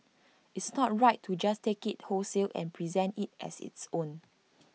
it's not right to just take IT wholesale and present IT as its own